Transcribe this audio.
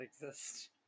exist